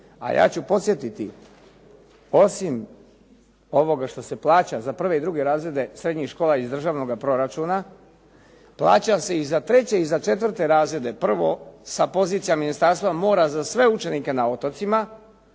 A ja ću podsjetiti, osim ovoga što se plaća za prve i druge razrede srednjih škola iz državnoga proračuna plaća se i za treće i za četvrte razrede prvo sa pozicija Ministarstva mora za sve učenike na otocima,